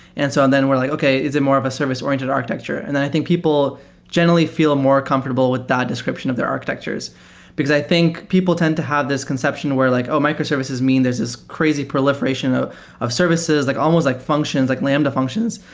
and so and then we're like, okay. is it more of a service-or iented architecture? and i think people general ly feel more comfortable with that description of their architectures because i think people tend to have this conception where like, oh! microservices mean there's this crazy proliferation ah of services, like almost like functions, like lambda functions.